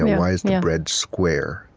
why is the bread square,